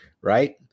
right